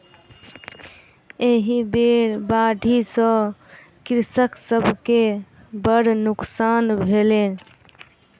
एहि बेर बाढ़ि सॅ कृषक सभ के बड़ नोकसान भेलै